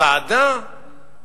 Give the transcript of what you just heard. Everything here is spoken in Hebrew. ועדה,